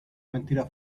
mentira